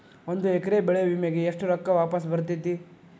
ಒಂದು ಎಕರೆ ಬೆಳೆ ವಿಮೆಗೆ ಎಷ್ಟ ರೊಕ್ಕ ವಾಪಸ್ ಬರತೇತಿ?